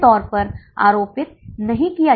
तो हमने इस मामले में क्या सीखा है